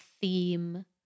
theme